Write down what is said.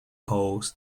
polls